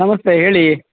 ನಮಸ್ತೆ ಹೇಳಿ